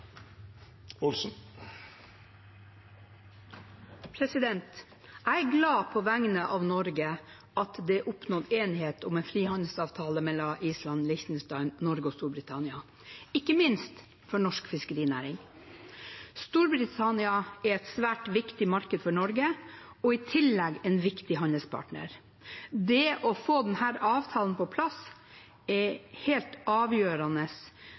Jeg er på vegne av Norge glad for at det er oppnådd enighet om en frihandelsavtale mellom Island, Liechtenstein, Norge og Storbritannia. Ikke minst er dette viktig for norsk fiskerinæring. Storbritannia er et svært viktig marked for Norge og i tillegg en viktig handelspartner. Det å få denne avtalen på plass er av avgjørende